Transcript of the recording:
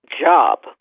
job